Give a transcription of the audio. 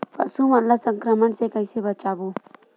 पशु मन ला संक्रमण से कइसे बचाबो?